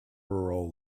rural